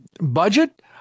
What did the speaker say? budget